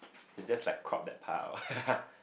is just like crop that part out